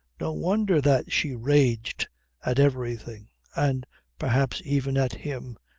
no wonder that she raged at everything and perhaps even at him,